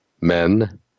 men